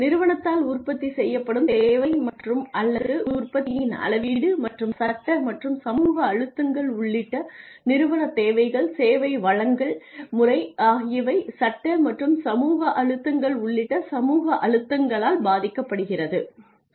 நிறுவனத்தால் உற்பத்தி செய்யப்படும் சேவை மற்றும் அல்லது உற்பத்தியின் அளவீடு மற்றும் சட்ட மற்றும் சமூக அழுத்தங்கள் உள்ளிட்ட நிறுவனத் தேவைகள் சேவை வழங்கல் முறை ஆகியவை சட்ட மற்றும் சமூக அழுத்தங்கள் உள்ளிட்ட சமூக அழுத்தங்களால் பாதிக்கப்படுகிறது